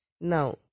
Now